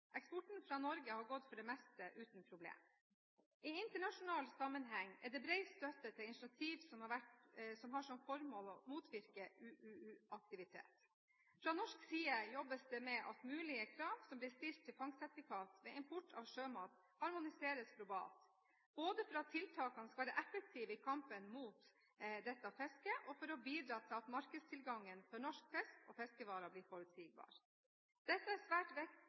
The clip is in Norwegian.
Eksporten fra Norge har for det meste gått uten problem. I internasjonal sammenheng er det bred støtte til initiativ som har som formål å motvirke UUU-aktivitet. Fra norsk side jobbes det med at mulige krav som blir stilt til fangstsertifikat ved import av sjømat, harmoniseres globalt, både for at tiltakene skal være effektive i kampen mot dette fisket og for å bidra til at markedstilgangen for norsk fisk og fiskevarer blir forutsigbar. Det er svært